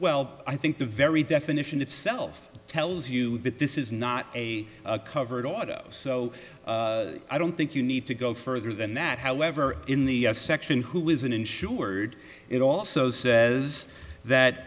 well i think the very definition itself tells you that this is not a covered auto so i don't think you need to go further than that however in the section who is in insured it also says that